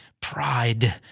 pride